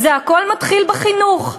זה הכול מתחיל בחינוך.